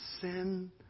sin